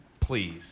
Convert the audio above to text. Please